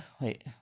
Wait